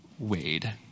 Wade